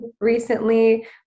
recently